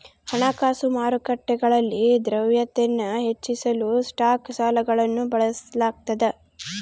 ಹಣಕಾಸು ಮಾರುಕಟ್ಟೆಗಳಲ್ಲಿ ದ್ರವ್ಯತೆನ ಹೆಚ್ಚಿಸಲು ಸ್ಟಾಕ್ ಸಾಲಗಳನ್ನು ಬಳಸಲಾಗ್ತದ